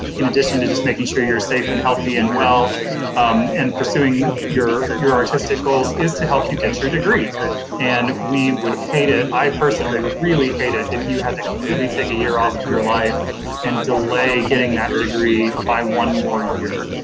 in addition to just making sure you're safe and healthy and well and pursuing your your artistic goals, is to help you get your degree and we would hate it i personally would really hate it if you had to completely take a year off of your life and delay getting that degree by one more year.